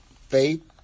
faith